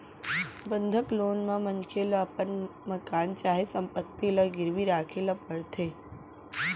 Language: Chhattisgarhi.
बंधक लोन म मनखे ल अपन मकान चाहे संपत्ति ल गिरवी राखे ल परथे